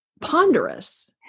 ponderous